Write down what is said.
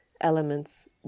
elements